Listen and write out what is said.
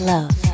Love